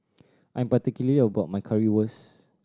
I'm particular about my Currywurst